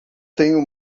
tenho